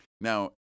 Now